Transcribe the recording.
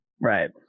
Right